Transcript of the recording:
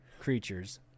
creatures